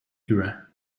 era